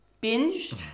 binge